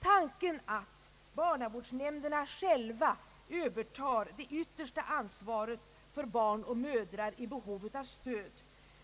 Tanken att barnavårdsnämnderna själva övertar det yttersta ansvaret för barn och mödrar vid behov av stöd